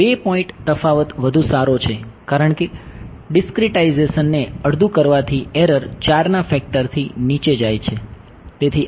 બે પોઇન્ટ તફાવત વધુ સારો છે કારણ કે ડિસ્ક્રીટાઇઝેશનને અડધુ કરવાથી એરર 4 ના ફેક્ટરથી નીચે જાય છે તેથી આ